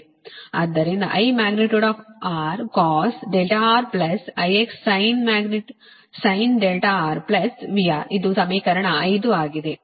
ಆದ್ದರಿಂದ |I| R cos R IX sin R VR ಇದು ಸಮೀಕರಣ 5 ಆಗಿದೆ